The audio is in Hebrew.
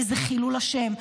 איזה חילול השם.